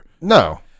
No